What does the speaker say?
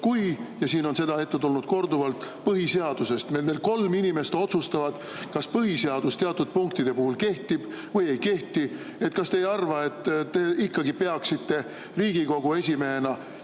ka – ja siin on seda ette tulnud korduvalt – põhiseadusest? Meil kolm inimest otsustavad, kas põhiseadus teatud punktide puhul kehtib või ei kehti. Kas te ei arva, et te peaksite Riigikogu esimehena